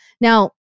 Now